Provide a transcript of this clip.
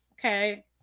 Okay